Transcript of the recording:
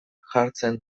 jartzen